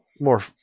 more